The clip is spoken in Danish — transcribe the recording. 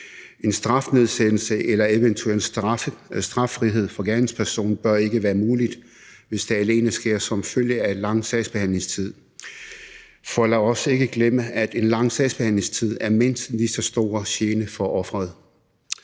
En strafnedsættelse eller eventuel straffrihed for gerningspersonen bør ikke være muligt, hvis det alene sker som følge af lang sagsbehandlingstid. For lad os ikke glemme, at en lang sagsbehandlingstid er mindst lige så stor en gene for offeret.